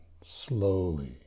slowly